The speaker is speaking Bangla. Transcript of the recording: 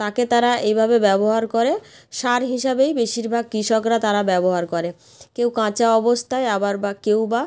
তাকে তারা এইভাবে ব্যবহার করে সার হিসাবেই বেশিরভাগ কৃষকরা তারা ব্যবহার করে কেউ কাঁচা অবস্থায় আবার বা কেউ বা